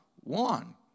one